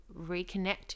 reconnect